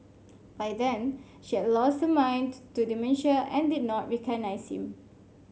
by then she had lost her mind to to dementia and did not recognise him